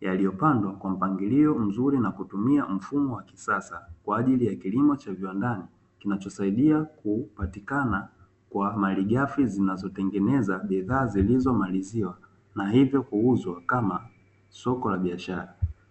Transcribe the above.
yaliyopandwa kwa mpangilio mzuri na kutumia mfumo wa kisasa kwa ajili ya kilimo cha viwandani kinachosaidia kupatikana kwa malighafi zinazotengeneza bidhaa zilizo maliziwa, na hivyo kuuzwa kama soko la biashara.